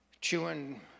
chewing